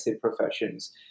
professions